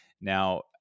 Now